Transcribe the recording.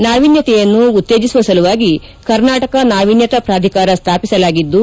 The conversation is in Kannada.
ನಾವೀನ್ಯತೆಯನ್ನು ಉತ್ತೇಜಿಸುವ ಸಲುವಾಗಿ ಕರ್ನಾಟಕ ನಾವಿನ್ಯತಾ ಪ್ರಾಧಿಕಾರ ಸ್ಥಾಪಿಸಲಾಗಿದ್ದು